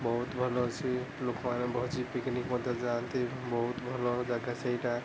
ବହୁତ ଭଲ ଅଛି ଲୋକମାନେ ଭୋଜି ପିକନିକ୍ ମଧ୍ୟ ଯାଆନ୍ତି ବହୁତ ଭଲ ଜାଗା ସେଇଟା